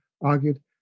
argued